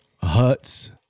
huts